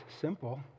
simple